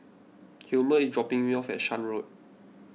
Hilmer is dropping me off at Shan Road